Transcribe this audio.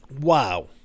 Wow